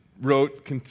wrote